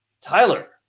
Tyler